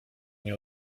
nie